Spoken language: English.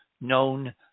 known